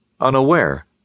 unaware